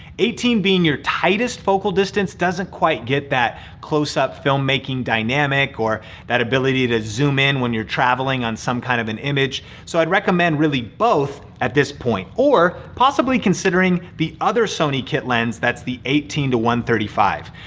eighteen being your tightest focal distance doesn't quite get that close up filmmaking dynamic or that ability to zoom in when you're traveling on some kind of an image. so i'd recommend really both at this point. or, possibly considering the other sony kit lens that's the eighteen thirty five.